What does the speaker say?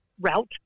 route